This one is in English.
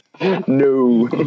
No